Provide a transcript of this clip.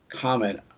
comment